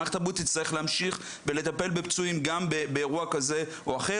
מערכת הבריאות תצטרך להמשיך ולטפל בפצועים גם באירוע כזה או אחר.